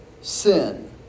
sin